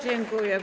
Dziękuję.